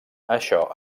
això